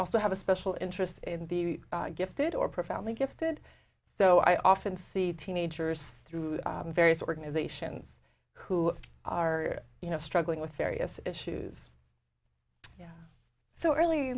also have a special interest in the gifted or profoundly gifted so i often see teenagers through various organisations who are you know struggling with various issues so earl